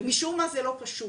ומשום מה זה לא פשוט.